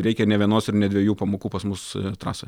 reikia ne vienos ir ne dviejų pamokų pas mus trasoje